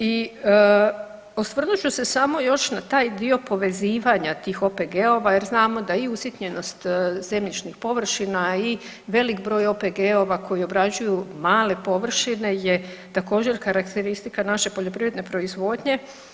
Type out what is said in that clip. I osvrnut ću se samo još na taj dio povezivanja tih OPG-ova jer znamo da i usitnjenost zemljišnih površina i velik broj OPG-ova koji obrađuju male površine je također karakteristika naše poljoprivredne proizvodnje.